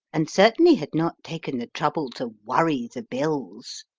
and certainly had not taken the trouble to worry the bills.